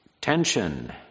Tension